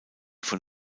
von